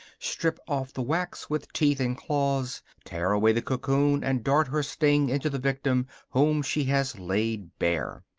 strip off the wax with teeth and claws, tear away the cocoon and dart her sting into the victim whom she has laid bare.